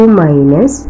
minus